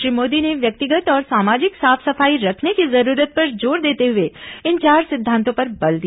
श्री मोदी ने व्यक्तिगत और सामाजिक साफ सफाई रखने की जरूरत पर जोर देते हुए इन चार सिद्धांतों पर बल दिया